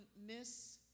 miss